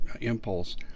impulse